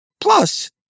Plus